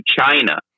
China